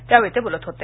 त्यावेळी ते बोलत होते